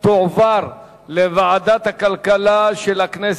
לוועדת הכלכלה נתקבלה.